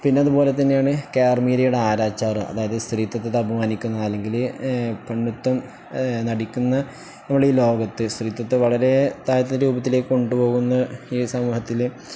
പിന്നെ അതുപോലെ തന്നെയാണ് കെ ആർ മീരയുടെ ആരാച്ചാര് അതായത് സ്ത്രീത്വത്തെ അപമാനിക്കുന്ന അല്ലെങ്കില് നടിക്കുന്ന നമ്മുടെ ഈ ലോകത്ത് സ്ത്രീത്വത്തെ വളരെ താഴ്ന്ന രൂപത്തിലേക്ക് കൊണ്ടുപോകുന്ന ഈ സമൂഹത്തില്